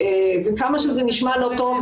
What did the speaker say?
וכמה שזה נשמע לא טוב,